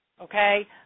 Okay